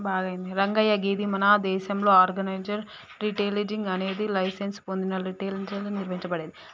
రంగయ్య గీది మన దేసంలో ఆర్గనైజ్డ్ రిటైలింగ్ అనేది లైసెన్స్ పొందిన రిటైలర్లచే నిర్వహించబడేది